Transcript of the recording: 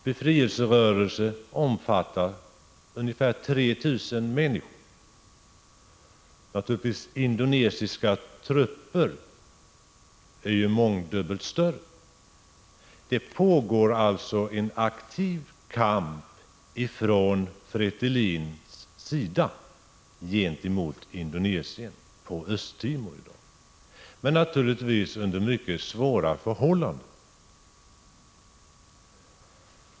Befrielserörelsen Fretilin omfattar ungefär 3 000 människor. Indonesiska trupper utgörs ju naturligtvis av mångdubbelt fler människor. I Östtimor förs alltså i dag från Fretilins sida en aktiv kamp mot Indonesien. Det sker naturligtvis under mycket svåra förhållanden.